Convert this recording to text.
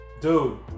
dude